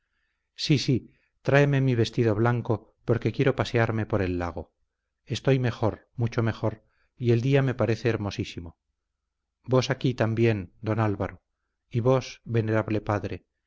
sí sí tráeme mi vestido blanco porque quiero pasearme por el lago estoy mejor mucho mejor y el día me parece hermosísimo vos aquí también don álvaro y vos venerable padre